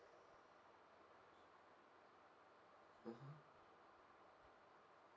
mmhmm